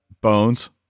Bones